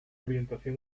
orientación